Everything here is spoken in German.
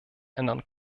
ändern